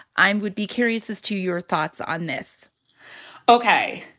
i'm would be curious as to your thoughts on this ok.